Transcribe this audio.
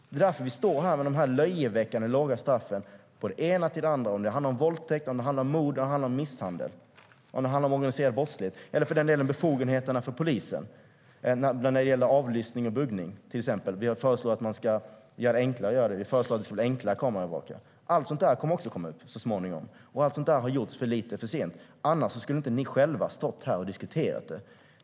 Det är därför vi står här med de löjeväckande låga straffen för såväl våldtäkt och mord som misshandel och organiserad brottslighet. När det handlar om befogenheterna för polisen vid avlyssning och buggning har vi föreslagit att detta ska bli enklare, liksom att kameraövervaka. Allt sådant kommer så småningom. Där har gjorts för lite, för sent. Annars hade ni inte själva stått här och diskuterat det.